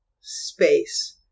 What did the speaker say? space